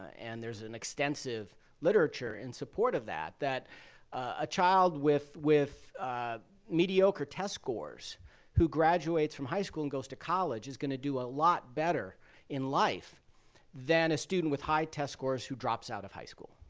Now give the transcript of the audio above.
and there's an extensive literature in support of that that a child with with mediocre test scores who graduates from high school and goes to college is going to do a lot better in life than a student with high test scores who drops out of high school.